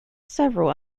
several